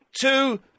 two